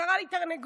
וקרא לי "תרנגולת".